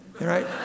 right